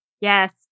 Yes